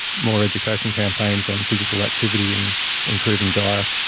more education campaigns on physical activity, and improving diet,